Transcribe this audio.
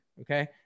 okay